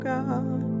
God